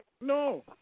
No